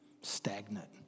stagnant